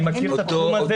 אני מכיר את התחום הזה,